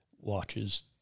watches